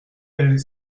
elles